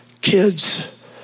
kids